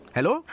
Hello